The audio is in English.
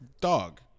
Dog